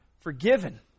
forgiven